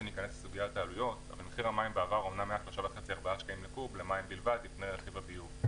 מחיר המים בעבר היה 3.5 שקלים לקו"ב למים בלבד לפני רכיב הביוב,